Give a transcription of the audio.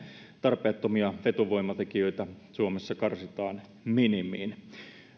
tarpeettomia vetovoimatekijöitä suomessa karsitaan minimiin